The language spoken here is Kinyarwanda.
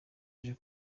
aje